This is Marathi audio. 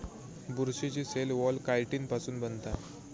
बुरशीची सेल वॉल कायटिन पासुन बनता